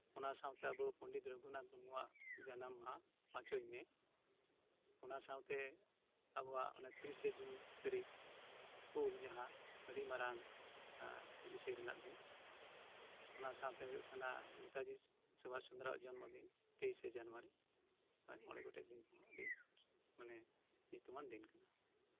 ᱚᱱᱟ ᱥᱟᱶᱛᱮ ᱟᱵᱚ ᱯᱚᱱᱰᱤᱛ ᱨᱚᱜᱷᱩᱱᱟᱛᱷ ᱢᱩᱨᱢᱩᱣᱟᱜ ᱡᱟᱱᱟᱢ ᱢᱟᱦᱟᱯᱟᱸᱪᱚᱭ ᱢᱮ ᱚᱱᱟ ᱥᱟᱶᱛᱮ ᱟᱵᱚᱣᱟᱜᱚᱱᱮ ᱛᱤᱨᱤᱥᱮ ᱡᱩᱱ ᱛᱟᱨᱤᱠᱦᱩᱞ ᱡᱟᱦᱟᱸ ᱟᱰᱤ ᱢᱟᱨᱟᱝ ᱫᱤᱥᱟᱹᱭ ᱨᱮᱱᱟᱜ ᱫᱤᱱ ᱚᱱᱟ ᱥᱟᱶᱛᱮ ᱦᱳᱭᱳᱜ ᱠᱟᱱᱟ ᱱᱮᱛᱟᱡᱤ ᱥᱩᱵᱷᱟᱥ ᱪᱚᱱᱫᱽᱨᱚᱣᱟᱜ ᱡᱚᱱᱢᱚ ᱫᱤᱱ ᱛᱮᱭᱤᱥᱮ ᱡᱟᱱᱩᱣᱟᱨᱤ ᱢᱚᱬᱮ ᱜᱚᱴᱮᱱ ᱢᱟᱱᱮ ᱧᱩᱛᱩᱢᱟᱱ ᱫᱤᱱ ᱠᱟᱱᱟ